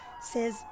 says